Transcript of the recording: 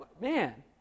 Man